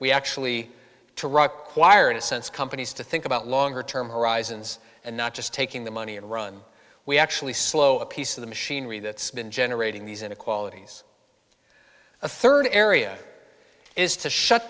we actually to rock choir in a sense companies to think about longer term horizons and not just taking the money and run we actually slow a piece of the machinery that's been generating these inequalities a third area is to shut